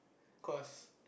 cause